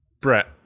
Brett